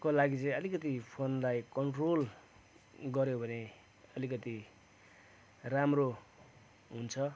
को लागि चाहिँ अलिकति फोनलाई कन्ट्रोल गर्यो भने अलिकति राम्रो हुन्छ